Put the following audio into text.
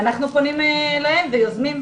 ואנחנו פונים אליהם ויוזמים.